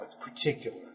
particular